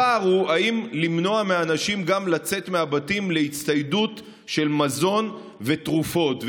הפער הוא האם למנוע מאנשים לצאת גם מהבתים להצטיידות של מזון ותרופות,